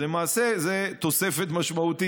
למעשה זו תוספת משמעותית,